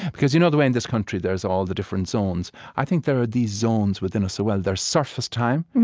because you know the way, in this country, there's all the different zones i think there are these zones within us, as well. there's surface time,